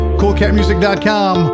coolcatmusic.com